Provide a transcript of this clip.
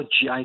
GI